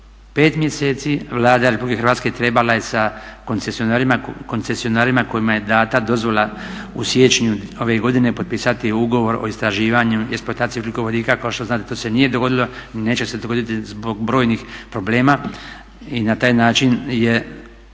5 mjeseci Vlada Republike Hrvatske trebala je sa koncesionarima kojima je dana dozvola u siječnju ove godine potpisati ugovor o istraživanju i eksploataciji ugljikovodika. Kao što znate to se nije dogodilo i neće se dogoditi zbog brojnih problema i na taj način je